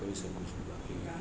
ગાઈ શકું છું બાકી